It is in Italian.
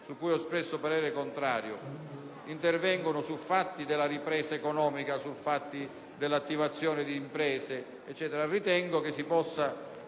su cui ho espresso parere contrario intervengono su aspetti della ripresa economica (l'attivazione di imprese e così